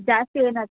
ಜಾಸ್ತಿ ಏನಾ